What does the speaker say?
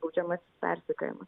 baudžiamasis persekiojimas